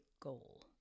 goal